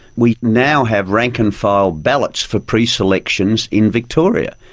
we now have rank-and-file ballots for preselections in victoria.